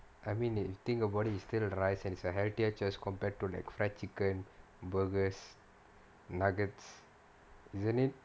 I mean if you think about it you still have the rice and it's a heritage as compared to like fried chicken burgers nuggets isn't it